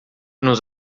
nos